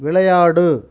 விளையாடு